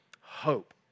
hope